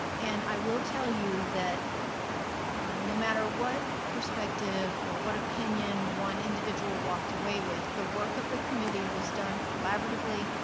and i will tell you that no matter what perspective or what opinion one individual walked away with, the work of the committee was done collaboratively.